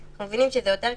אנחנו מבינים שזה יותר קשה,